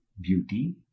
beauty